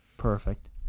Perfect